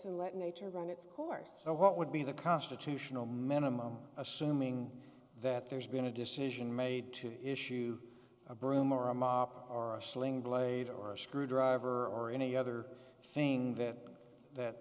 and let nature run its course so what would be the constitutional minimum assuming that there's been a decision made to issue a broom or a mop or a sling blade or a screwdriver or any other thing that that